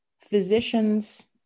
Physicians